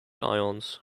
ions